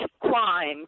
crime